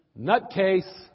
nutcase